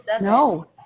No